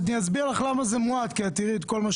אני אסביר לך למה זה מועט כי את תראי את כל מה